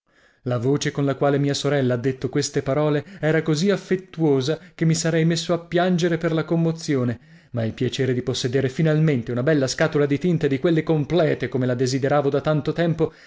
la voce con la quale mia sorella ha detto queste parole era così affettuosa che mi sarei messo a piangere per la commozione ma il piacere di possedere finalmente una bella scatola di tinte di quelle complete come la desideravo da tanto tempo